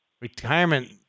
retirement